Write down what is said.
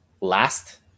last